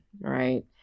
right